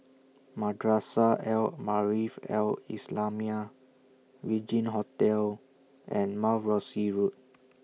Madrasah Al Maarif Al Islamiah Regin Hotel and Mount Rosie Road